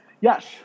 yes